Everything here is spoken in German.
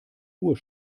uhr